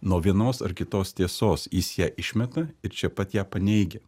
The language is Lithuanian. nuo vienos ar kitos tiesos jis ją išmeta ir čia pat ją paneigia